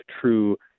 true